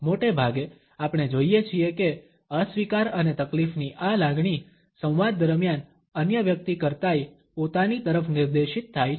મોટેભાગે આપણે જોઇએ છીએ કે અસ્વીકાર અને તકલીફની આ લાગણી સંવાદ દરમિયાન અન્ય વ્યક્તિ કરતાંય પોતાની તરફ નિર્દેશિત થાય છે